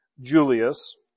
Julius